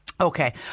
Okay